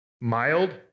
mild